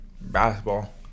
basketball